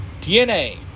DNA